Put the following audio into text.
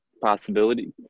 possibility